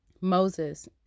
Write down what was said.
Moses